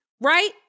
right